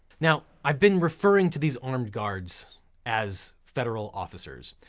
now, i've been referring to these armed guards as federal officers,